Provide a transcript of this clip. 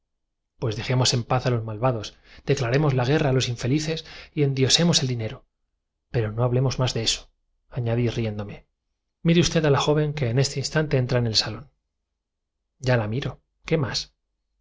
pues dejemos en paz a los malvados declaremos la agarrotar en su cama y ponerle una camisa de fuerza el pobre se figu guerra a los infelices y endiosemos el dinero pero no hablemos más ra que tiene en la cabeza animales que le roen los sesos y le producen de esoañadí riéndome mire usted a la joven que en este instante entra en el dolores insoportables en el interior de cada nervio es tanto lo que salón ya la miro qué más